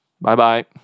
Bye-bye